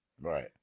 right